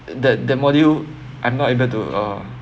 that that module I'm not able to uh